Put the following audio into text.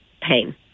pain